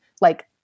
like-